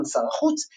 סגן שר החוץ,